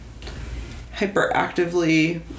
hyperactively